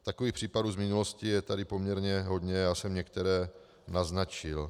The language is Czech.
Takových případů z minulosti je tady poměrně hodně, já jsem některé naznačil.